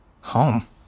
Home